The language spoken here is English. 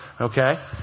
Okay